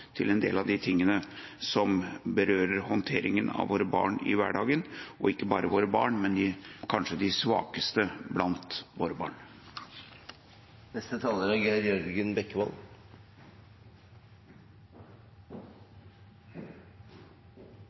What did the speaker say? til, en del av de tingene som berører håndteringa av våre barn i hverdagen – og ikke bare våre barn, men kanskje de svakeste blant våre barn. Takk til saksordføreren for en god redegjørelse for saken. Jeg er